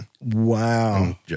Wow